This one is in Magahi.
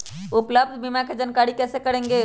उपलब्ध बीमा के जानकारी कैसे करेगे?